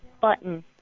button